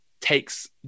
takes